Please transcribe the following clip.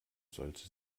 sollte